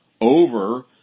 over